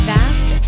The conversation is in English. Fast